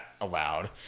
allowed